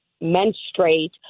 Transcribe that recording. menstruate